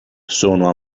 sono